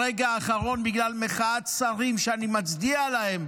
ברגע האחרון, בגלל מחאת שרים, שאני מצדיע להם,